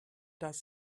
does